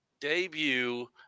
debut